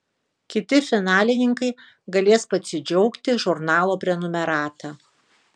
kiti finalininkai galės pasidžiaugti žurnalo prenumerata